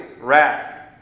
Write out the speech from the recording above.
wrath